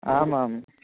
आम् आम्